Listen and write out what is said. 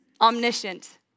Omniscient